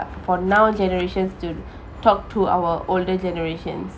for now generations to talk to our older generations